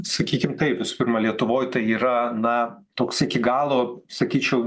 sakykim taip visų pirma lietuvoje tai yra na toks iki galo sakyčiau